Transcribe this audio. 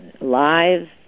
live